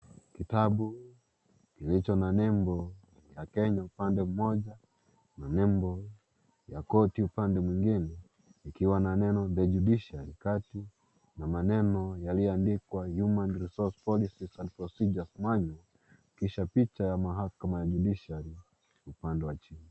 Kitabu kilicho na nembo ya Kenya upande mmoja na nembo ya koti upande mwingine likiwa na neno (cs)the judiciary (cs) kati na maneneo yaliyoandikwa human resource policies and procedures manual kisha picha ya mahakama ya judiciary upande wa chini.